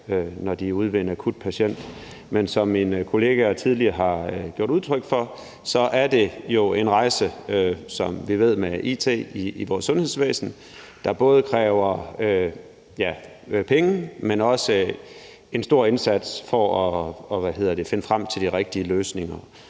når de er ude ved en akut patient, men som en kollega tidligere har givet udtryk for, er det jo en rejse, som vi med vores kendskab til it i vores sundhedsvæsen ved både kræver penge, men også en stor indsats, for at finde frem til de rigtige løsninger,